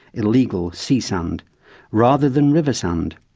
illegal sea sand rather than river sand.